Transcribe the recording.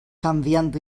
canviant